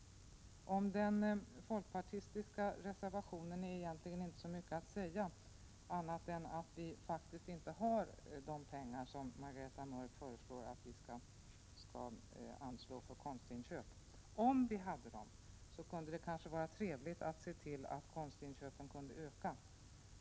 Om den folkpartistiska reservationen är egentligen inte så mycket att säga annat än att vi faktiskt inte har de pengar som Margareta Mörck föreslår att vi skall anslå för konstinköp. Om vi hade dessa pengar kunde det kanske vara trevligt att se till att konstinköpen ökade.